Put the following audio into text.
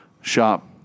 shop